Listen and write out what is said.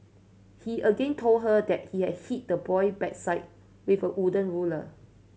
he again told her that he had hit the boy backside with a wooden ruler